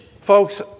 Folks